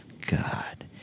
God